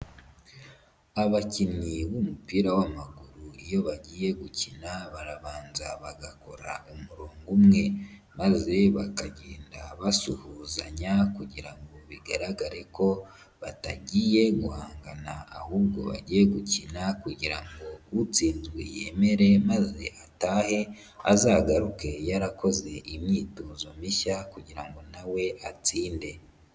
Abakinnyi b'umupira w'amaguru iyo bagiye gukina barabanza bagakora umurongo umwe maze bakagenda basuhuzanya kugira ngo bigaragare kotangiyegiye guhangana ahubwo bagiye gukina kugira ngo utsinzwe yemere maze atahe, azagaruke yarakoze imyitozo mishya kugira ngo nawe atsinde.